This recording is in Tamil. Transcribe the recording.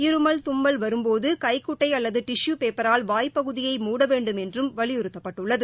இருமல் தும்பல் வரும்போது கைகுட்டை அல்லது டிஷு பேப்பரால் வாய் பகுதியை மூட வேண்டும் என்றும் வலியுறுத்தப்பட்டுள்ளது